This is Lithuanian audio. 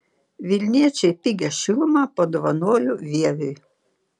vilniečiai pigią šilumą padovanojo vieviui